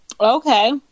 Okay